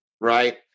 right